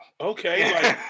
Okay